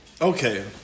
Okay